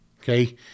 Okay